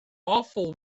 awful